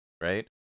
right